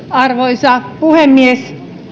arvoisa puhemies